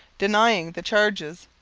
denying the charges,